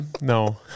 No